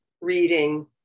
reading